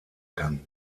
kann